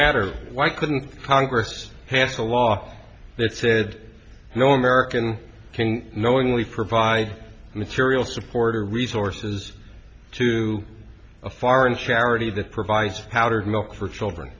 matter why couldn't congress pass a law that said no american can knowingly provide material support or resources to a foreign charity that provides powdered milk for children